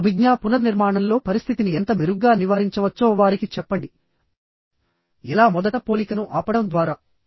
ఇప్పుడు అభిజ్ఞా పునర్నిర్మాణంలో పరిస్థితిని ఎంత మెరుగ్గా నివారించవచ్చో వారికి చెప్పండి ఎలా మొదట పోలికను ఆపడం ద్వారా